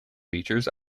features